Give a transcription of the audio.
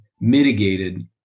mitigated